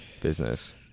business